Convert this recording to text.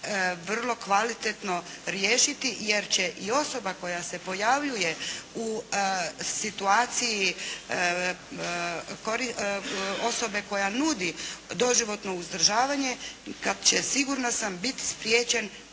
vrlo kvalitetno riješiti. Jer će i osoba koja se pojavljuje u situaciji osobe koja nudi doživotno uzdržavanje kad će sigurna sam biti spriječen